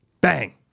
Bang